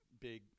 big